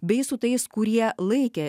bei su tais kurie laikė